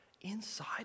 inside